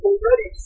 Already